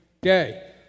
day